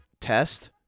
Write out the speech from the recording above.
test